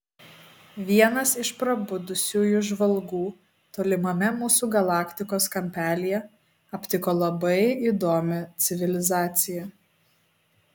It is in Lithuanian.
vienas iš prabudusiųjų žvalgų tolimame mūsų galaktikos kampelyje aptiko labai įdomią civilizaciją